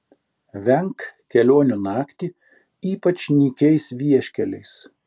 venk kelionių naktį ypač nykiais vieškeliais